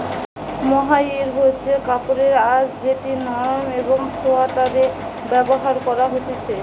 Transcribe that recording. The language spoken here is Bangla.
মোহাইর হচ্ছে কাপড়ের আঁশ যেটি নরম একং সোয়াটারে ব্যবহার করা হতিছে